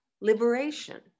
liberation